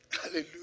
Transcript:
hallelujah